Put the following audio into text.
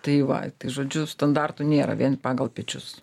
tai va tai žodžiu standartų nėra vien pagal pečius